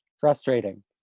Frustrating